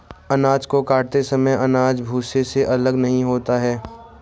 अनाज को काटते समय अनाज भूसे से अलग नहीं होता है